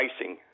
racing